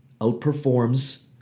outperforms